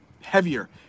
heavier